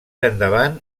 endavant